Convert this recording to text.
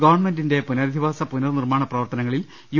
ഗവൺമെന്റിന്റെ പുനരധിവാസ പുനർ നിർമ്മാണ പ്രവർത്തനങ്ങളിൽ യു